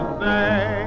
say